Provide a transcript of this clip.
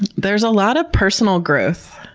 there's a lot of personal growth.